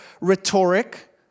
rhetoric